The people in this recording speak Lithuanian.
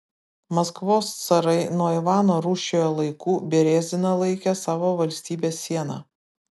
maskvos carai nuo ivano rūsčiojo laikų bereziną laikė savo valstybės siena